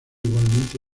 igualmente